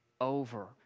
over